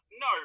No